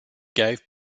gave